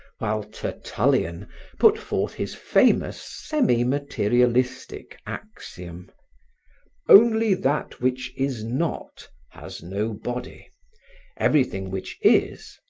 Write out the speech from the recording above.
while tertullian put forth his famous, semi-materialistic axiom only that which is not, has no body everything which is,